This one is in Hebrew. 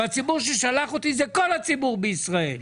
והציבור ששלח אותי זה כל הציבור בישראל,